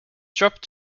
dropped